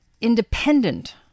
independent